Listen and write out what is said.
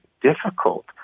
difficult